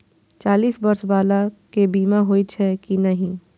चालीस बर्ष बाला के बीमा होई छै कि नहिं?